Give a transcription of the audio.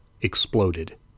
exploded